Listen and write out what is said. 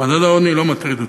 מעגל העוני לא מטריד אותי.